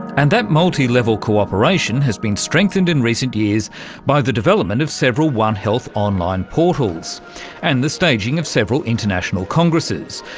and that multi-level cooperation has been strengthened in recent years by the development of several one health online portals and the staging of several international congresses,